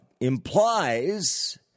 implies